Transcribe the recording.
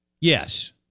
Yes